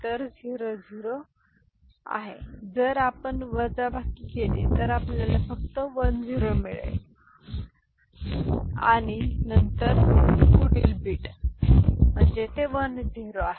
तर 0 0 आहे जर आपण वजाबाकी केली तर आपल्याला फक्त 1 0 मिळेल आणि नंतर आपण पुढील बीट घ्या म्हणजे ते 1 0 आहे